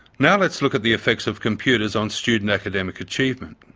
now let's look at the effects of computers on student academic achievement.